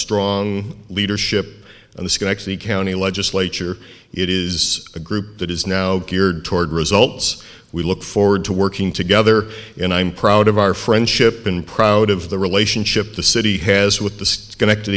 strong leadership and this can actually county legislature it is a group that is now geared toward results we look forward to working together and i'm proud of our friendship and proud of the relationship the city has with